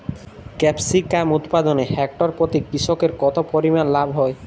Capsicum উৎপাদনে hectare প্রতি কৃষকের কত পরিমান লাভ হয়?